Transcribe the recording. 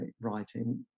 writing